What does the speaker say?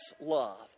love